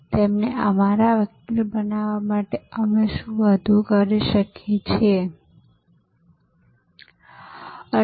તમે સાવચેત રહો છો પણ તમે સુરક્ષિત છો કારણકે તમારા ઘરે જે ડબ્બાવાલા આવે છે તે દોષરહિત નો રેકોર્ડ ધરાવે છે